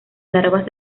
larvas